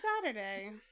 Saturday